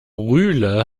rühle